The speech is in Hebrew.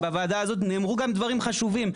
בוועדה הזאת נאמרו גם דברים חשובים,